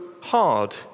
hard